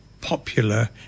popular